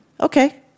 Okay